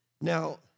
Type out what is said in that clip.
Now